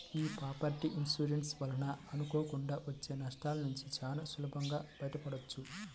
యీ property insurance వలన అనుకోకుండా వచ్చే నష్టాలనుంచి చానా సులభంగా బయటపడొచ్చు